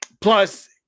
Plus